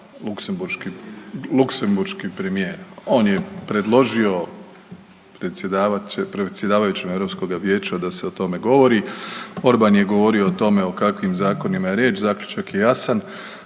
luksemburški premijer. On je predložio predsjedavajućem Europskoga vijeća da se o tome govori. Orban je govorio o tome o kakvim zakonima je riječ, zaključak je jasan,